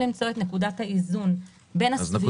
למצוא את נקודת האיזון בין הסבירות ובין התמריץ לשלם את המס.